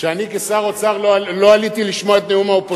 שאני כשר האוצר לא הייתי לשמוע את נאום האופוזיציה.